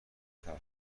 ترسناک